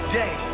day